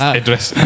address